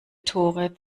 tore